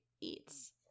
eats